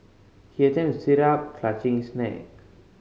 he attempts to sit up clutching his neck